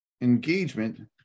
engagement